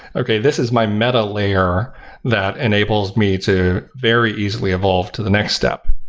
okay. this is my metal layer that enables me to very easily evolve to the next step.